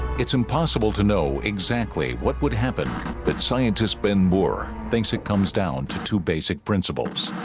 it's impossible to know exactly what would happen but scientist ben bohr thinks it comes down to two basic principles